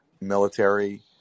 military